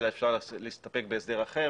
אלא אפשר להסתפק בהסדר אחר,